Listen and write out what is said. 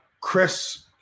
chris